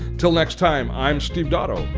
till next time, i am steve dotto.